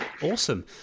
Awesome